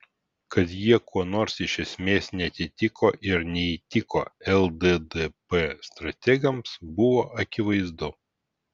kad jie kuo nors iš esmės neatitiko ir neįtiko lddp strategams buvo akivaizdu